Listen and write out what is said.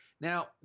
Now